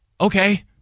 okay